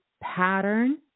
pattern